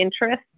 interest